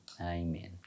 amen